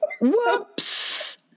Whoops